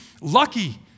lucky